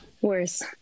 worse